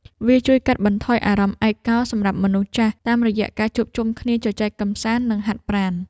វាជួយកាត់បន្ថយអារម្មណ៍ឯកោសម្រាប់មនុស្សចាស់ តាមរយៈការជួបជុំគ្នាជជែកកម្សាន្ត និងហាត់ប្រាណ។